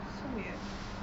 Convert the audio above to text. so weird